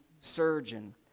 surgeon